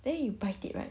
then you bite it right